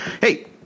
hey